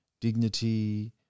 dignity